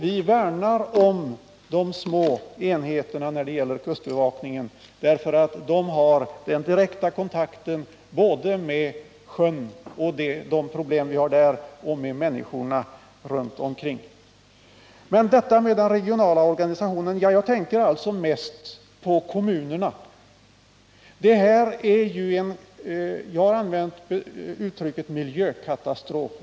Vi värnar om de små enheterna när det gäller kustbevakningen därför att de har den direkta kontakten både med sjön och de problem som vi har där och med människorna runt omkring. Beträffande den regionala organisationen tänker jag mest på kommunerna. Jag har om det inträffade använt uttrycket miljökatastrof.